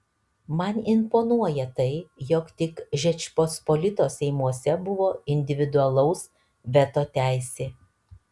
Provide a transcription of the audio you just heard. man imponuoja tai jog tik žečpospolitos seimuose buvo individualaus veto teisė